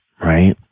right